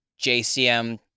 JCM